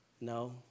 no